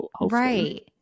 Right